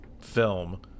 film